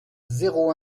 zéro